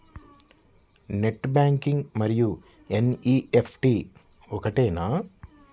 Net banking మరియు NEFT ఒకటేనా?